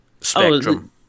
spectrum